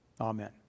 Amen